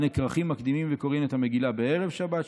בני כרכים מקדימין וקוראין בערב שבת,